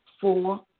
Four